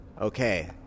Okay